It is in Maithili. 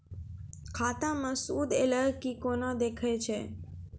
खाता मे सूद एलय की ने कोना देखय छै?